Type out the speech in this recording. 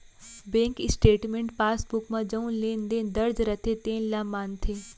bank statement passbook म जउन लेन देन दर्ज रथे तेने ल मानथे